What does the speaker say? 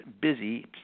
busy